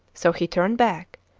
so he turned back,